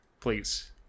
please